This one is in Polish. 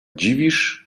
dziwisz